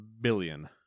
billion